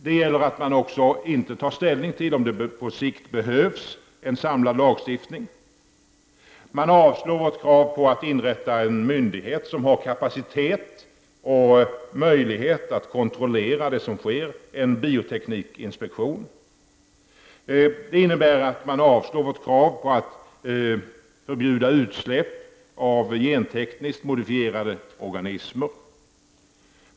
Utskottet tar heller inte ställning till om det på sikt behövs en samlad lagstiftning. Utskottet avstyrker vårt förslag om att inrätta en myndighet om har kapacitet och möjlighet att kontrollera det som sker, en bioteknikinspektion. Utskottet avstyrker vårt förslag om att förbjuda utsläpp av gentekniskt modifierade organismer.